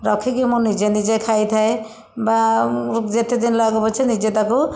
ରଖିକି ମୁଁ ନିଜେ ନିଜେ ଖାଇଥାଏ ବା ଯେତେ ଦିନ ଲାଗୁ ପଛେ ନିଜେ ତାକୁ